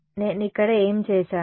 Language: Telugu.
నేను ఇక్కడ ఏమి చేసాను